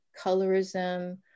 colorism